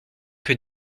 que